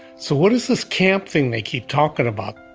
so what is this camp thing they keep talking about?